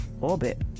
Orbit